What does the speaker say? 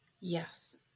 Yes